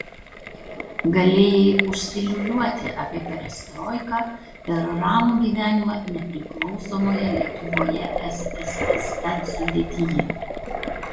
galėjai užsiliūliuoti apie perestroiką ir ramų gyvenimą nepriklausomoje lietuvoje sssr sudėtyje